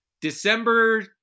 December